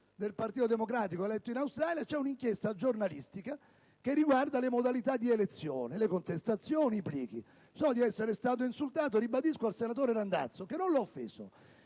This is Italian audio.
del Partito Democratico, eletto in Australia, fa riferimento ad un'inchiesta giornalistica che riguarda le modalità di elezione, le contestazioni, i plichi. So di essere stato insultato e ribadisco al senatore Randazzo che non l'ho offeso,